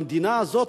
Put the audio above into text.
במדינה הזאת,